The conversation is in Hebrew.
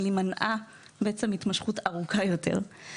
אבל היא מנעה התמשכות ארוכה יותר.